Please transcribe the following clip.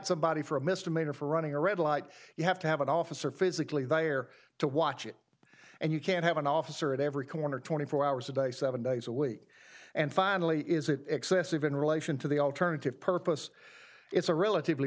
somebody for a misdemeanor for running a red light you have to have an officer physically there to watch you and you can't have an officer at every corner twenty four hours a day seven days a week and finally is it excessive in relation to the alternative purpose it's a relatively